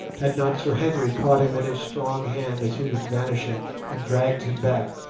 had not sir henry caught him in his strong hand as he was vanishing and dragged him back.